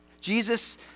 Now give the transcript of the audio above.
Jesus